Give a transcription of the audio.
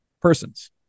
persons